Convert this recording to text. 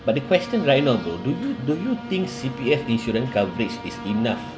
but the question right now bro do you do you think C_P_F insurance coverage is enough